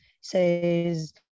says